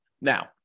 Now